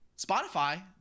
Spotify